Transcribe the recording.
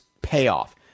payoff